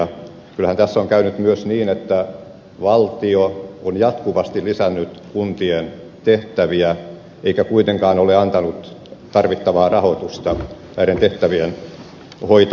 kyllähän tässä on käynyt myös niin että valtio on jatkuvasti lisännyt kuntien tehtäviä eikä kuitenkaan ole antanut tarvittavaa rahoitusta näiden tehtävien hoitamiseksi